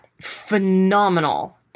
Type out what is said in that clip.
Phenomenal